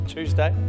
Tuesday